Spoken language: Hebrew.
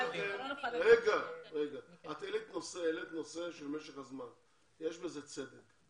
את העלית נושא של משך הזמן ויש בזה צדק.